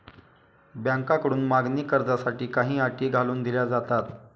बँकांकडून मागणी कर्जासाठी काही अटी घालून दिल्या जातात